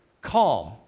calm